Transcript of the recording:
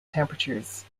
temperatures